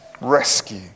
rescue